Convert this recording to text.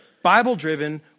Bible-driven